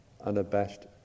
unabashed